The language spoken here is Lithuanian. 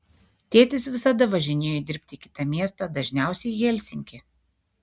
tėtis visada važinėjo dirbti į kitą miestą dažniausiai į helsinkį